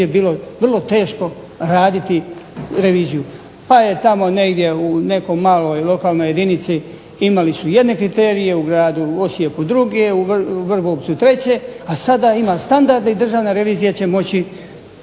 je bilo vrlo teško raditi reviziju. Pa je tamo negdje u nekoj maloj lokalnoj jedinici imali su jedne kriterije u gradu Osijeku druge, u Vrbovcu treće, a sada ima standarde i Državna revizija će moći